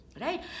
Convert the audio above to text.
right